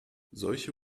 solche